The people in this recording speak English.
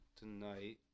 Tonight